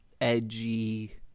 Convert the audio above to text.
edgy